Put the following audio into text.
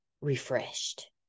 refreshed